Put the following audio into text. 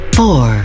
four